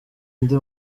indi